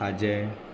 खाजें